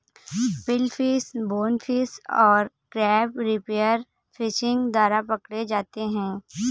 billfish, bonefish और crab spear fishing द्वारा पकड़े जाते हैं